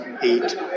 eight